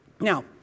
Now